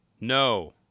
No